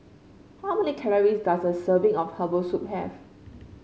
how many calories does a serving of Herbal Soup have